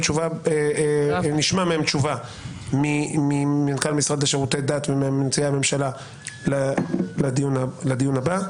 נשמע ממנכ"ל המשרד לשירותי דת ומנציגי הממשלה תשובות לדיון הבא.